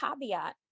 caveat